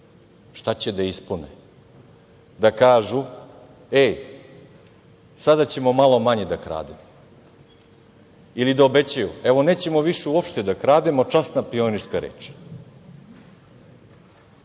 šta će da ispune, da kažu – ej, sada ćemo malo manje da krademo ili da obećaju – evo, nećemo više uopšte da krademo, časna pionirska reč.